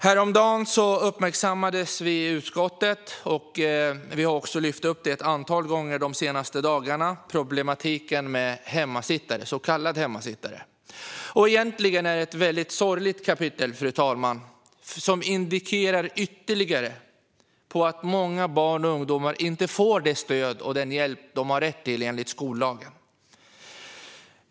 Häromdagen uppmärksammades vi i utskottet på problematiken med så kallade hemmasittare, och vi har också lyft fram det ett antal gånger de senaste dagarna. Egentligen är det, fru talman, ett mycket sorgligt kapitel som ytterligare indikerar att många barn och ungdomar inte får det stöd och den hjälp som de har rätt till enligt skollagen.